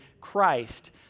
Christ